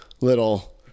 Little